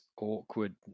awkward